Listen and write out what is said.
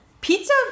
pizza